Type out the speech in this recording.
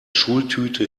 schultüte